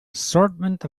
assortment